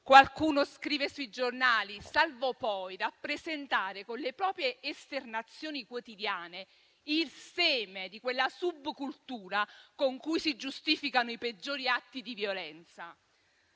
qualcuno scrive sui giornali, salvo poi rappresentare, con le proprie esternazioni quotidiane il seme di quella subcultura con cui si giustificano i peggiori atti di violenza.